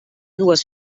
dues